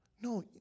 No